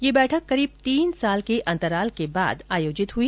यह बैठक करीब तीन साल के अंतराल के बाद आयोजित हुई